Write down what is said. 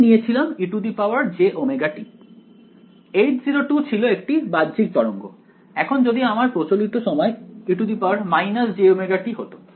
আমি নিয়েছিলাম ejωt H0 ছিল একটি বাহ্যিক তরঙ্গ এখন যদি আমার প্রচলিত সময় e jωt হত